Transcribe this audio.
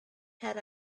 had